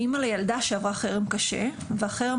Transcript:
אני אימא לילדה שעברה חרם קשה והחרם